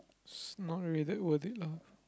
s~ not really that worth it lah